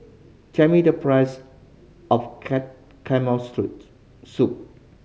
tell me the price of soup